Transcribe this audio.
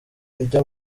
ijya